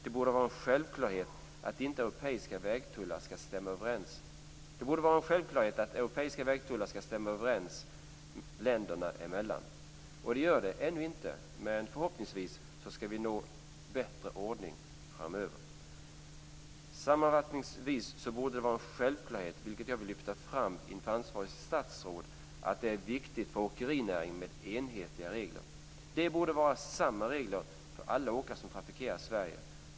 Det borde vara en självklarhet att europeiska vägtullar skall stämma överens länderna emellan. Det gör de ännu inte, men förhoppningsvis skall vi nå en bättre ordning framöver. Sammanfattningsvis borde det vara en självklarhet, vilket jag vill lyfta fram inför ansvarigt statsråd, att det är viktigt för åkerinäringen med enhetliga regler. Det borde vara samma regler för alla åkare som trafikerar Sverige.